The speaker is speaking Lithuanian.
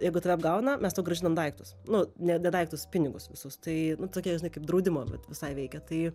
jeigu tave apgauna mes tau grąžinam daiktus nu ne ne daiktus pinigus visus tai tokia žinai kaip draudimo bet visai veikia tai